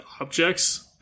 objects